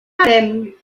farem